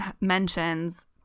mentions